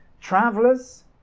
Travelers